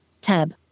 tab